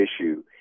issue